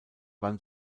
wann